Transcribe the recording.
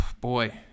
boy